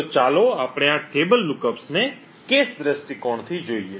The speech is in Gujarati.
તો ચાલો આપણે આ ટેબલ લુકઅપ્સને cache દ્રષ્ટિકોણથી જોઈએ